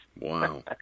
Wow